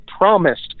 promised